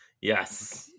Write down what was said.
Yes